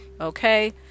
okay